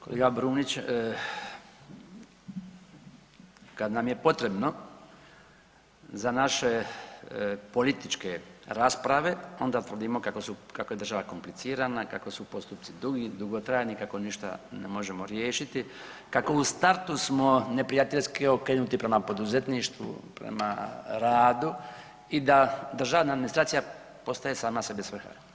Kolega Brumnić, kad nam je potrebno za naše političke rasprave onda tvrdimo kako je država komplicirana, kako su postupci dugi, dugotrajni, kako ništa ne možemo riješiti, kako u startu smo neprijateljski okrenuti prema poduzetništvu prema radu i da državna administracija postaje sama sebi svrha.